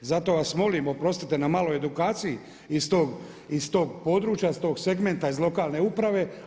Zato vas molim, oprostite na maloj edukaciji iz tog područja, iz tog segmenta iz lokalne uprave.